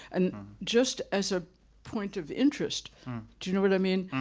and just as a point of interest do you know what i mean?